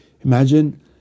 imagine